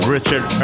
Richard